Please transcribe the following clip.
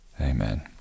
Amen